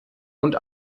und